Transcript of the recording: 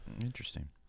Interesting